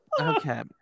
Okay